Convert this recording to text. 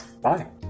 bye